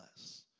less